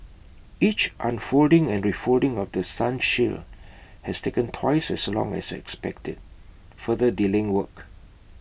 each unfolding and refolding of The Sun shield has taken twice as long as expected further delaying work